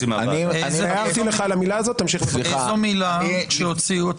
על איזו מילה הוציאו?